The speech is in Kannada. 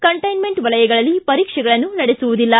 ಕಂಟೈನ್ಮೆಂಟ್ ವಲಯಗಳಲ್ಲಿ ಪರೀಕ್ಷೆಗಳನ್ನು ನಡೆಸುವುದಿಲ್ಲ